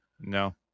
No